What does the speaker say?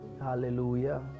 Hallelujah